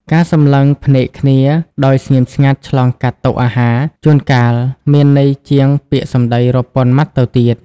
ការសម្លឹងភ្នែកគ្នាដោយស្ងៀមស្ងាត់ឆ្លងកាត់តុអាហារ ជួនកាលមានន័យជាងពាក្យសម្ដីរាប់ពាន់ម៉ាត់ទៅទៀត។